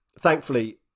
Thankfully